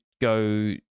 go